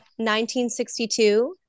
1962